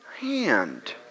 hand